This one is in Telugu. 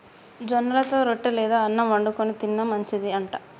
జొన్నలతో రొట్టె లేదా అన్నం వండుకు తిన్న మంచిది అంట